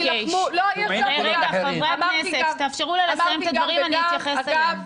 לא, אמרתי גם וגם.